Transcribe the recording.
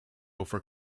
for